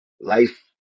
life